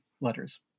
letters